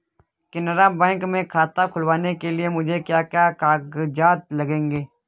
Canara bank में खाता खुलवाने के लिए मुझे क्या क्या कागजात लगेंगे?